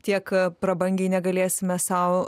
tiek prabangiai negalėsime sau